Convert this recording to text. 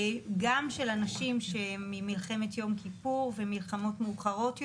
של אנשים ממלחמת יום כיפור וממלחמות מאוחרות יותר.